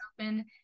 open